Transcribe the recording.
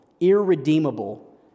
irredeemable